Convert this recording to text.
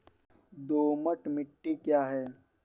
दोमट मिट्टी क्या है?